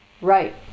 Right